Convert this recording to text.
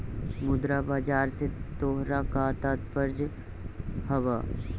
मुद्रा बाजार से तोहरा का तात्पर्य हवअ